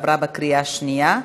עברה בקריאה שנייה.